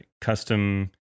custom